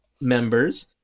members